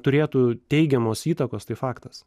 turėtų teigiamos įtakos tai faktas